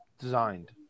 designed